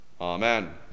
Amen